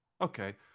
Okay